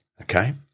okay